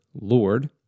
Lord